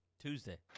Tuesday